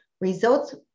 results